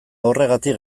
horregatik